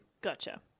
Gotcha